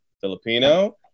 Filipino